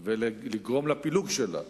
ולגרום לפילוג שלה.